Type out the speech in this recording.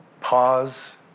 pause